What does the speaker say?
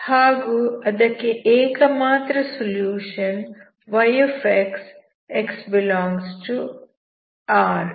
ಹಾಗೂ ಅದಕ್ಕೆ ಏಕಮಾತ್ರ ಸೊಲ್ಯೂಷನ್ yx ∀x∈R ಇದೆ